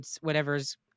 whatever's